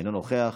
אינו נוכח,